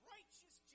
Righteous